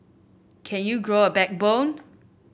can you grow a backbone